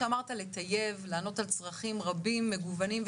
לא עשינו כאן מאמצים חדשים רציניים מאוד -- במעטפת.